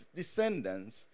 descendants